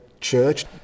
church